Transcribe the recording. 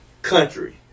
country